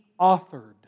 authored